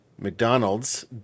McDonald's